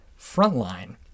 frontline